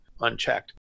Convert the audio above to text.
unchecked